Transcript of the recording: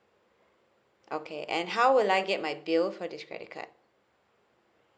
okay and how will I get my bill for this credit card